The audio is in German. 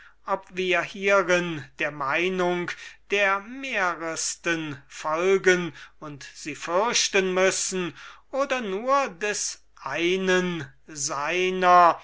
ob wir hierin der meinung der menge folgen und sie fürchten müssen oder nur des einen seiner